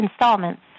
installments